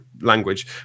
language